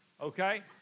Okay